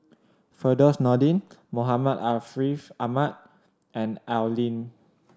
Firdaus Nordin Muhammad Ariff Ahmad and Al Lim